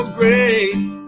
grace